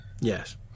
Yes